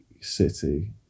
City